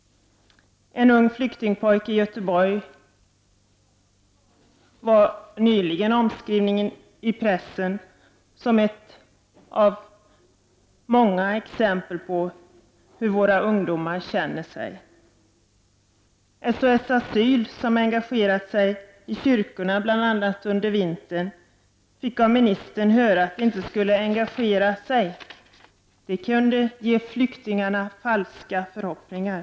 En ung flyktingpojke i Göteborg var nyligen omskriven i pressen. Det är ett exempel av många på hur våra ungdomar känner det. Inom en SOS Asyl engagerade man sig under vintern bl.a. annat i kyrkorna. Men invandrarministern sade att man inte skulle engagera sig, för det kunde ge flyktingarna falska förhoppningar.